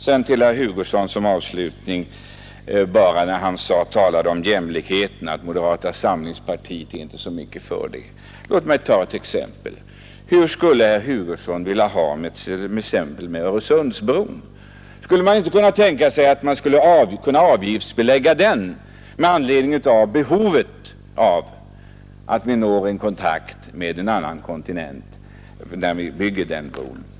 Som avslutning vill jag säga några ord till herr Hugosson, som talade om jämlikheten och hävdade att moderata samlingspartiet inte är så mycket för denna. Låt mig ta ett exempel. Hur skulle herr Hugosson vilja ha det med Öresundsbron? Skulle man inte kunna tänka sig att avgiftsbelägga den bron, när den har byggts, med hänsyn till behovet av att nå kontakt med kontinenten?